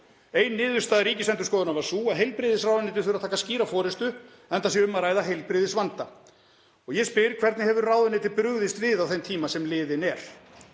Ein niðurstaða Ríkisendurskoðunar var sú að heilbrigðisráðuneytið þurfi að taka skýra forystu, enda sé um að ræða heilbrigðisvanda. Og ég spyr: Hvernig hefur ráðuneytið brugðist við á þeim tíma sem liðinn er?